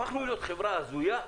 הפכנו להיות חברה הזויה.